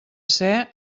ser